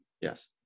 Yes